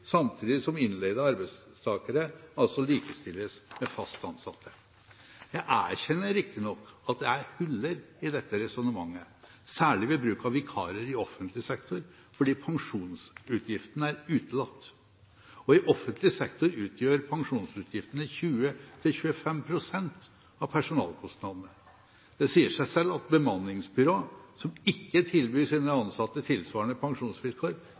samtidig som innleide arbeidstakere likestilles med fast ansatte. Jeg erkjenner riktignok at det er hull i dette resonnementet, særlig ved bruk av vikarer i offentlig sektor, fordi pensjonsutgiftene er utelatt. I offentlig sektor utgjør pensjonsutgiftene 20–25 pst. av personalkostnadene. Det sier seg selv at bemanningsbyrå som ikke tilbyr sine ansatte tilsvarende pensjonsvilkår,